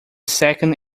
second